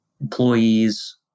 employees